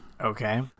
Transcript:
Okay